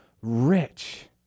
rich